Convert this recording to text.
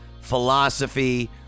philosophy